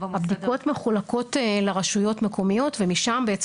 הבדיקות מחולקות לרשויות המקומיות ומשם בעצם